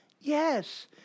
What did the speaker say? Yes